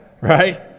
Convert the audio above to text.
right